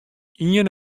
ien